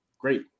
great